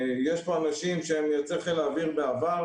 יש פה אנשים שהם יוצאי חיל האוויר בעבר,